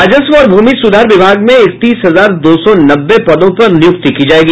राजस्व और भूमि सुधार विभाग में इकतीस हजार दो सौ नब्बे पदों पर नियुक्ति की जायेगी